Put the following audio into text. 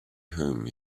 whom